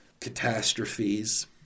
catastrophes